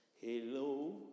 Hello